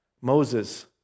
Moses